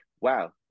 Wow